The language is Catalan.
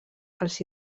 els